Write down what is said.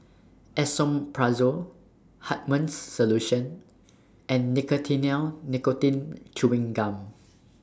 Esomeprazole Hartman's Solution and Nicotinell Nicotine Chewing Gum